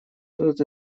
тут